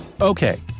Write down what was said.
Okay